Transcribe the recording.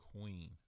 queen